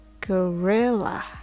Gorilla